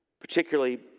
particularly